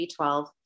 B12